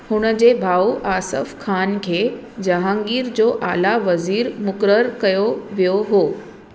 हुनजे भाऊ आसिफ़ ख़ान खे जहांगीर जो आला वज़ीरु मुक़ररु कयो वियो हुओ